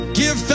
give